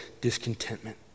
discontentment